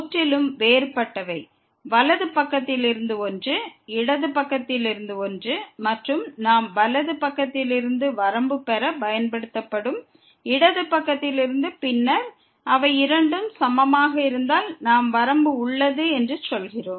முற்றிலும் வேறுபட்டவை வலது பக்கத்தில் இருந்து ஒன்று இடது பக்கத்தில் இருந்து ஒன்று மற்றும் நாம் வலது பக்கத்தில் இருந்து வரம்பு பெற பயன்படுத்தப்படும் இடது பக்கத்தில் இருந்து பின்னர் அவை இரண்டும் சமமாக இருந்தால் நாம் வரம்பு உள்ளது என்று சொல்கிறோம்